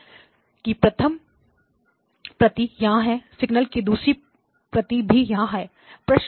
signal की प्रथम प्रति यहां है सिग्नल की दूसरी प्रति भी यहां है